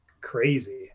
crazy